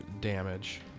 damage